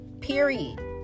Period